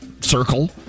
circle